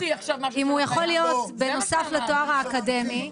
אם הוא יכול בנוסף לתואר האקדמי,